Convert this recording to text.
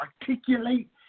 articulate